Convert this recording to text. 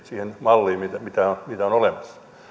siihen malliin mikä on olemassa